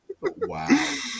Wow